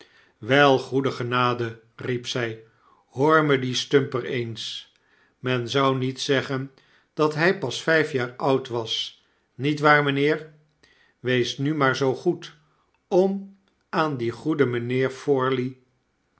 wel goeie genade riep zy hoor me dien stumper eens men zou niet zeggen dat hy pas vijf jaar oud was niet waar mynheer wees nu maar zoo goed om aan dien goeden mijnheer